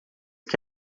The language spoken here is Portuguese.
que